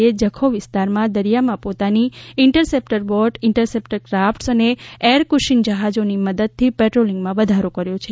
એ જખૌ વિસ્તારનાં દરિયામાં પોતાની ઈન્ટરસેપટર બોટ ઈન્ટરસેપટર ક્રાફટસ અને એર કુશિન જહાજોની મદદથી પેટ્રોલિંગમાં વધારો કર્યો છે